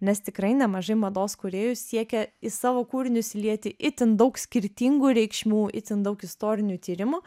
nes tikrai nemažai mados kūrėjų siekė į savo kūrinius įlieti itin daug skirtingų reikšmių itin daug istorinių tyrimų